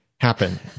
happen